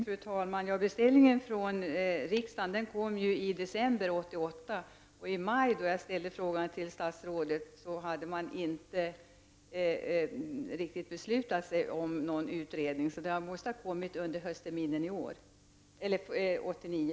23 januari 1990 Fru talman! Beställningen från riksdagen kom i december 1988. När jag i = AA majställde frågan för första gången till statsrådet, hade man inte riktigt be Svar pa frekon slutat sig för någon utredning. Den måste ha kommit under hösten 1989.